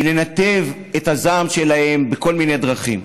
לנתב את הזעם שלהם בכל מיני דרכים.